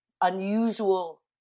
unusual